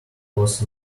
was